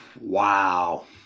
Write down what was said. Wow